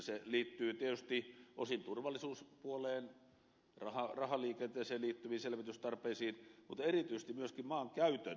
se liittyy tietysti osin turvallisuuspuoleen rahaliikenteeseen liittyviin selvitystarpeisiin mutta erityisesti myöskin maankäytön näkökulmaan